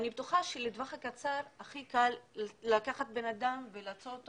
אני בטוחה שלטווח הקצר הכי קל לקחת בן אדם ולהשאיר אותו